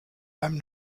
einem